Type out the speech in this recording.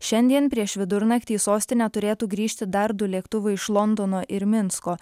šiandien prieš vidurnaktį į sostinę turėtų grįžti dar du lėktuvai iš londono ir minsko